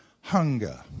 hunger